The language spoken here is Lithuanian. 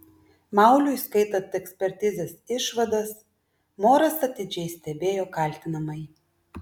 mauliui skaitant ekspertizės išvadas moras atidžiai stebėjo kaltinamąjį